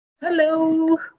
Hello